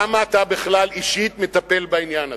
למה אתה בכלל אישית מטפל בעניין הזה?